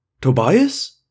Tobias